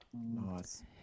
nice